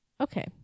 okay